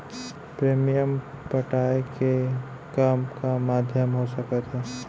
Premium पटाय के का का माधयम हो सकत हे?